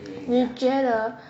你又觉得